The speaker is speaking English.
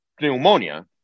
pneumonia